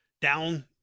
down